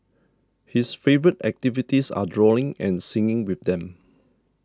his favourite activities are drawing and singing with them